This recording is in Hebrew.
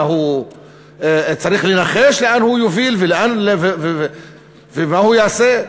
מה, צריך לנחש לאן הוא יוביל ומה הוא יעשה?